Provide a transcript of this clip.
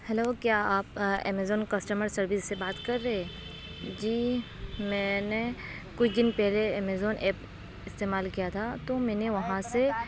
hello کیا آپ Amazon customer service سے بات کر رہے جی میں نے کچھ دن پہلے امیزون ایپ استعمال کیا تھا تو میں نے وہاں سے